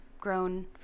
grown